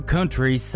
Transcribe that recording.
country